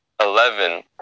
eleven